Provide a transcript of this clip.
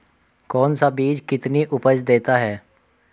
कौन सा बीज कितनी उपज देता है?